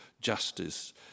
justice